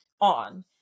on